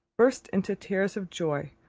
burst into tears of joy,